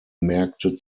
märkte